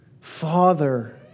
Father